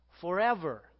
forever